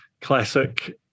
classic